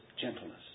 gentleness